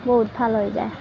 বহুত ভাল হৈ যায়